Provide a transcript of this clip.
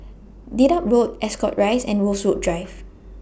Dedap Road Ascot Rise and Rosewood Drive